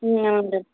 ம் ஆமாம் மேடம்